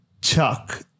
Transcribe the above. Chuck